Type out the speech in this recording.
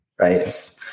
right